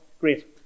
Great